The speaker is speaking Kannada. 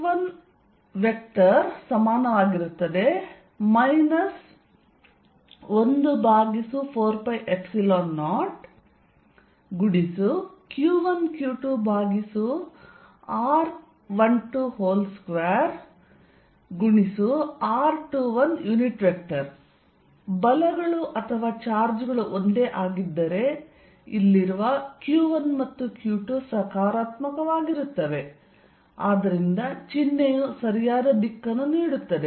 F1 14π0q1q2r122r21 ಬಲಗಳು ಅಥವಾ ಚಾರ್ಜ್ ಗಳು ಒಂದೇ ಆಗಿದ್ದರೆ ಇಲ್ಲಿರುವ q1 ಮತ್ತು q2 ಸಕಾರಾತ್ಮಕವಾಗಿರುತ್ತವೆ ಮತ್ತು ಆದ್ದರಿಂದ ಚಿಹ್ನೆಯು ಸರಿಯಾದ ದಿಕ್ಕನ್ನು ನೀಡುತ್ತದೆ